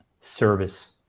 service